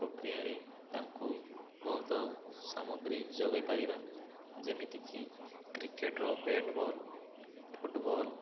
ପ୍ରକ୍ରିୟାରେ ତାଙ୍କୁ ବହୁତ ସାମଗ୍ରୀ ଯୋଗାଇ ପାରିବା ଯେମିତିକି କ୍ରିକେଟ୍ର ବ୍ୟାଟ୍ ବଲ୍ ଫୁଟବଲ୍